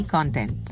Content